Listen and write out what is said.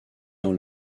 dans